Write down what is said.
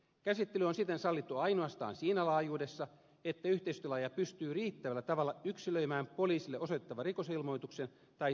käsittely on siten sallittu ainoastaan siinä laajuudessa että yhteisötilaaja pystyy riittävällä tavalla yksilöimään poliisille osoitettavan rikosilmoituksen tai tutkintapyynnön